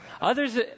Others